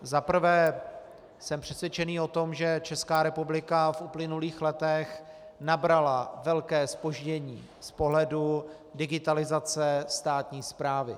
Za prvé jsem přesvědčený o tom, že Česká republika v uplynulých letech nabrala velké zpoždění z pohledu digitalizace státní správy.